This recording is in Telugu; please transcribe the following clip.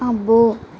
అబ్బో